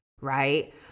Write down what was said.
right